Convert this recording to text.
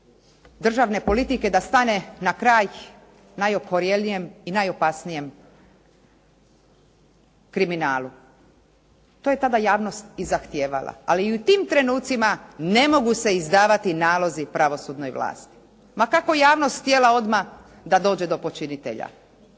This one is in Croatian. državne politike da stane na kraj najokorjelijem i najopasnijem kriminalu. To je tada javnost i zahtijevala. Ali i u tim trenucima ne mogu se izdavati nalozi pravosudnoj vlasti ma kako javnost htjela odmah da dođe do počinitelja.